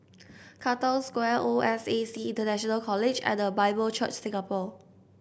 Katong Square O S A C International College and The Bible Church Singapore